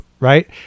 Right